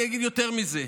אני אגיד יותר מזה: